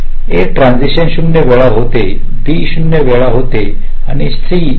a transition 0 वेळा होते b 0 वेळी होते आणि c 0